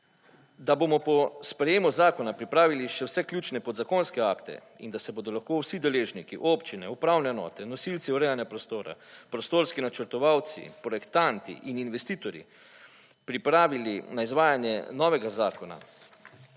da bomo po sprejemu zakona pripravili še vse ključne podzakonske ate in da se bodo lahko vsi deležniki občine, upravne enote, nosilci urejanja prostora, prostorski načrtovalci, projektanti in investitorji pripravili na izvajanje novega zakona,